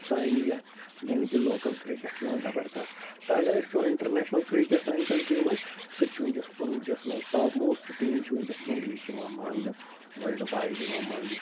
سانہِ یَتھ یعنی کہِ لوکل کِرکٹ چھُ یِوان زبردست تہٕ اگر أسۍ وُچھو اِنٹرنیشنل کِرکٹ سانہِ کنٹرٛی منٛز سُہ تہِ چھُ وُنٛکیٚس عروٗجس منٛز ٹاپ موسٹہٕ ٹیٖم چھِ وُنٛکیٚس اِنڈیا ہٕچۍ یِوان ماننہٕ ؤرلڈٕ وایڈ یِوان ماننہٕ